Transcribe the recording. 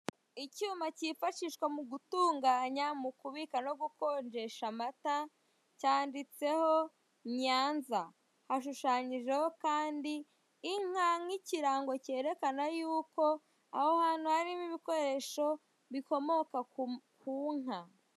Icyuma kifashishwa mu gutunganya mu kubika no gukonjesha amata, cyanditseho Nyanza. Hashushanyijeho kandi inka nk'ikirango kerekana yuko aho hantu harimo ibikoresho bikomoka ku nka.